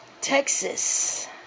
Texas